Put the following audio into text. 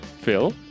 Phil